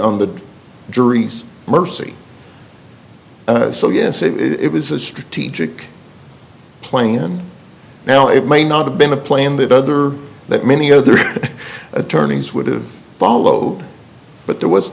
on the jury's mercy so yes it was a strategic plan now it may not have been a plan that other that many other attorneys would have followed but there was